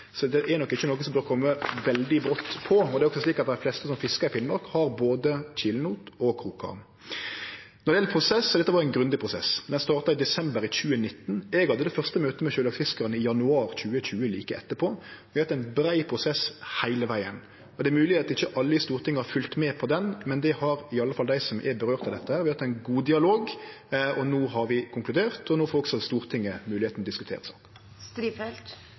Så det er nok ikkje noko som bør kome veldig brått på. Det er også slik at dei fleste som fiskar i Finnmark, har både kilenot og krokgarn. Når det gjeld prosess, har dette vore ein grundig prosess. Vi starta i desember 2019. Eg hadde det første møtet med sjølaksefiskarane i januar 2020, like etterpå. Vi har hatt ein brei prosess heile vegen. Det er mulig at ikkje alle i Stortinget har følgt med på han, men det har i alle fall dei som dette får følgjer for. Vi har hatt ein god dialog. No har vi konkludert, og no får også Stortinget moglegheit til å diskutere